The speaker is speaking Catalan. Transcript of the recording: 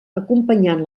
acompanyant